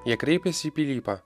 jie kreipėsi į pilypą